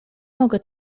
mogę